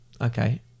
Okay